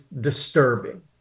disturbing